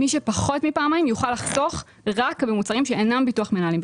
מי שפחות מפעמיים יוכל לחסוך רק במוצרים שאינם ביטוח מנהלים.